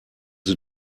sie